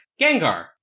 Gengar